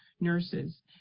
nurses